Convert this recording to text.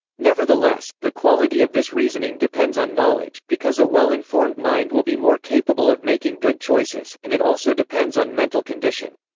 nevertheless, the quality of this reasoning depends on knowledge, because a well-informed mind will be more capable of making good choices, and it also depends on mental condition.